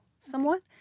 somewhat